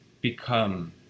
become